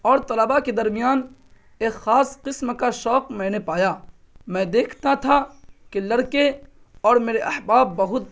اور طلبا کے درمیان ایک خاص قسم کا شوق میں نے پایا میں دیکھتا تھا کہ لڑکے اور میرے احباب بہت